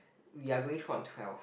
we are go which one twelve